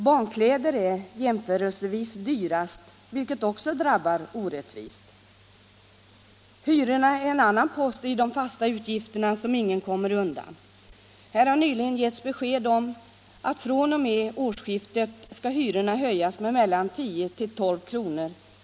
Barnkläder är jämförelsevis dyrast, vilket också drabbar orättvist. Hyrorna är en annan post i de fasta utgifter som ingen kommer undan. Här har nyligen getts besked om att fr.o.m. årsskiftet skall hyrorna höjas med mellan 10 och 12 kr.